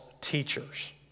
teachers